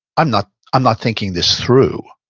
i'm not i'm not thinking this through.